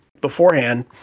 beforehand